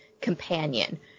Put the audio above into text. companion